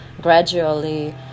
gradually